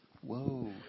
whoa